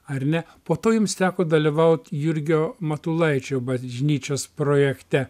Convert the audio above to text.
ar ne po to jums teko dalyvaut jurgio matulaičio bažnyčios projekte